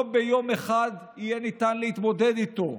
לא ביום אחד ניתן יהיה להתמודד איתו,